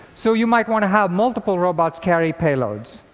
so you might want to have multiple robots carry payloads.